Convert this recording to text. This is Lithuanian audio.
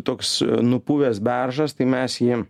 toks nupuvęs beržas tai mes jį